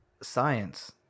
science